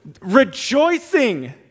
rejoicing